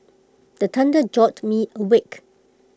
the thunder jolt me awake